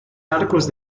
arcos